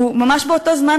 וממש באותו זמן,